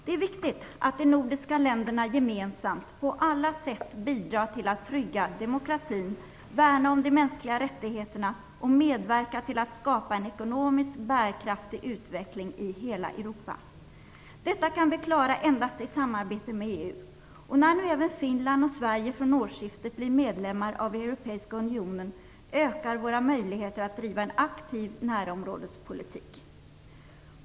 Det är viktigt att de nordiska länderna gemensamt på alla sätt bidrar till att trygga demokratin, värna om de mänskliga rättigheterna och medverka till att skapa en ekonomiskt bärkraftig utveckling i hela Europa. Detta kan vi klara endast i samarbete med EU, och när nu även Finland och Sverige från årsskiftet blir medlemmar av Europeiska unionen ökar våra möjligheter att driva en aktiv närområdespolitik.